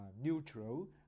neutral